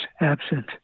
absent